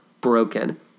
broken